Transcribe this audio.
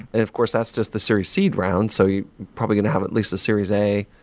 and of course, that's just the series seed round, so you probably going to have at least a series a,